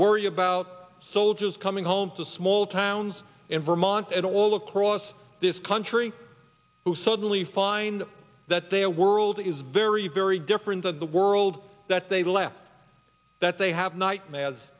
worry about soldiers coming home to small towns in vermont and all across this country who suddenly find that their world is very very different that the world that they left that they have night ma